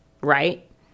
Right